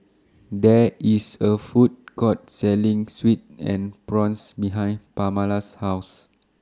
There IS A Food Court Selling Sweet and Sour Prawns behind Pamala's House